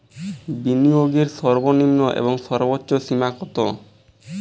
বিনিয়োগের সর্বনিম্ন এবং সর্বোচ্চ সীমা কত?